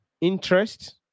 interest